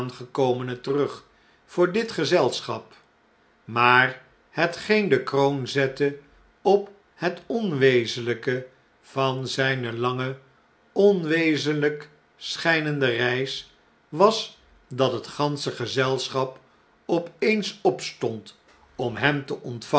aangekomene terug voor dit gezelschap maar hetgeen de kroon zette op het onwezenlpe van zjjne lange onwezenljjk schg nende reis was dat het gansche gezelschap op eens opstond om hem te ontvangen